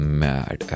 mad